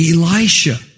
Elisha